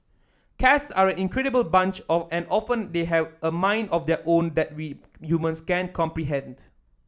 cats are an incredible bunch of and often they have a mind of their own that we humans can't comprehend